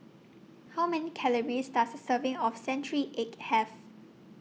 How Many Calories Does A Serving of Century Egg Have